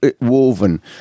woven